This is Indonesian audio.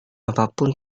apapun